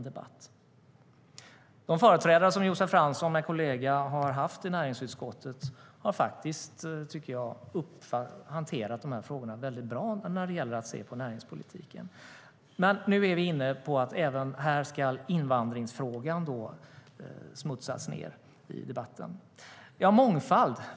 De företrädare som Josef Fransson med kollega har haft i näringsutskottet har hanterat dessa frågor väldigt bra när det gäller att se på näringspolitiken. Men nu är vi inne på att även här ska invandringsfrågan smutsas ned i debatten. Det handlar om mångfald.